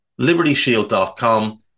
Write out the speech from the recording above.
LibertyShield.com